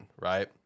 right